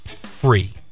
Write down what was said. free